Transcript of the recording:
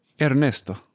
Ernesto